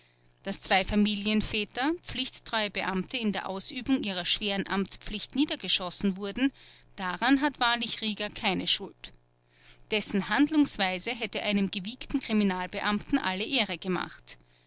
daß zwei familienväter pflichttreue beamte in der ausübung ihrer schweren amtspflicht niedergeschossen wurden daran hat wahrlich rieger keine schuld dessen handlungsweise hätte einem gewiegten kriminalbeamten alle ehre gemacht